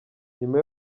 nyuma